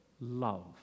love